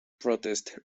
protest